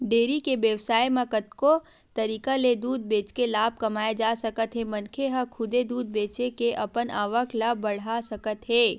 dairy के बेवसाय म कतको तरीका ले दूद बेचके लाभ कमाए जा सकत हे मनखे ह खुदे दूद बेचे के अपन आवक ल बड़हा सकत हे